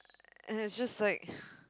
and it's just like